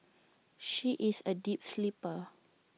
she is A deep sleeper